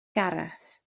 gareth